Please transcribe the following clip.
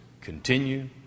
continue